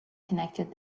connected